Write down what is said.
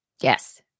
Yes